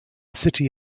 city